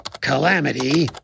Calamity